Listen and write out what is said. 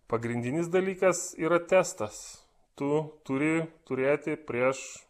pagrindinis dalykas yra testas tu turi turėti prieš